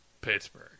Pittsburgh